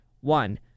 One